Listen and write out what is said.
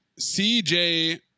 CJ